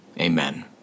Amen